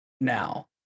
now